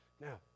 Now